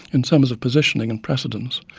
in terms of positioning and precedence.